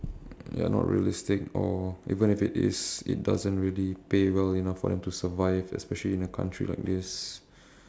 ya not realistic or even if it is it doesn't really pay well enough for them to survive especially in a country like this